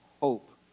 hope